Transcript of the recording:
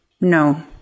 No